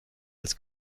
als